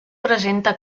presenta